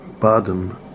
bottom